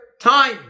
time